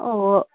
ഓ